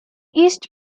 east